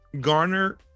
garner